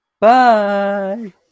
Bye